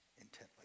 intently